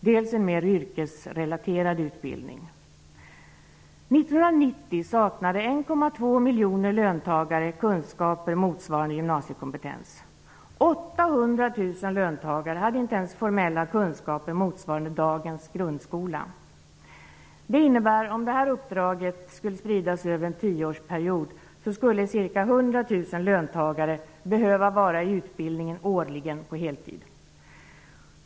Dels en mer yrkesrelaterad utbildning. löntagare hade inte ens formella kunskaper motsvarande dagens grundskola. Det innebär att om uppdraget skall spridas över en tioårsperiod, skulle ca 100 000 löntagare behöva vara i utbildning årligen på heltid.